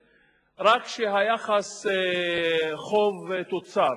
הלנת השכר של עובדי מפעל